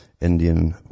Indian